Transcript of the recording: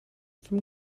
from